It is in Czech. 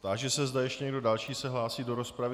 Táži se, zda ještě někdo další se hlásí do rozpravy.